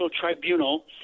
tribunal